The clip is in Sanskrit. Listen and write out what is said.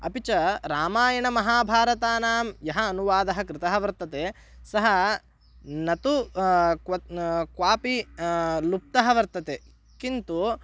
अपि च रामायणमहाभारतानां यः अनुवादः कृतः वर्तते सः न तु क्वापि लुप्तः वर्तते किन्तु